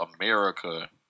America